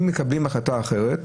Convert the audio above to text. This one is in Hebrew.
אם מקבלים החלטה אחרת,